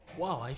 wow